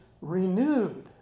renewed